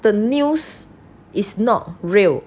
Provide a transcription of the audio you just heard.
the news is not real